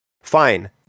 Fine